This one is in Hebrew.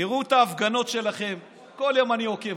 תראו את ההפגנות שלכם, כל יום אני עוקב.